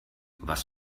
was